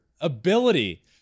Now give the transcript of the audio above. ability